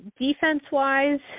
Defense-wise